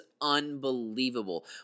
unbelievable